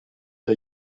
der